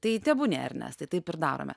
tai tebūnie ernestai taip ir darome